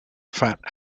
fat